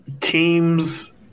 teams